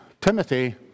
Timothy